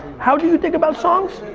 how do you think about songs?